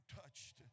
touched